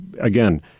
again